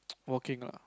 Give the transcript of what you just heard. walking ah